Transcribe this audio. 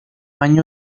año